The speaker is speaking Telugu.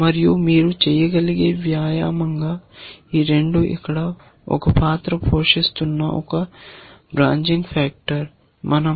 మరియు మీరు చేయగలిగే వ్యాయామంగా ఈ 2 ఇక్కడ ఒక పాత్ర పోషిస్తున్న ఒక శాఖ కారకం